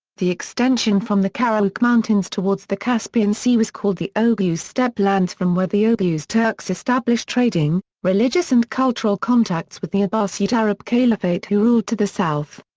the extension from the karachuk mountains towards the caspian sea was called the oghuz steppe lands from where the oghuz turks established trading, religious and cultural contacts with the abbasid arab caliphate who ruled to the south.